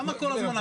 תחשוב, חולון ליד